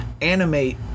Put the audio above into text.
animate